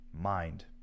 mind